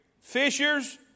Fishers